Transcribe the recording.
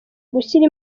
gushyira